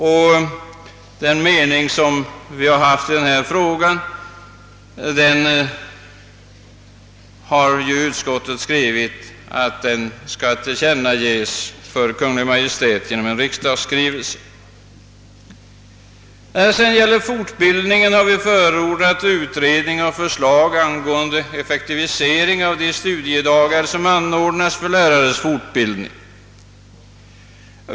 Utskottet önskar att dess mening i denna fråga skall tillkännages genom en riksdagsskrivelse till Kungl. Maj:t. Beträffande fortbildningen har i centerpartiets motioner förordats utredning och förslag angående effektivisering av de studiedagar som anordnas för lärarnas fortbildning.